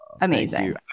amazing